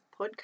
podcast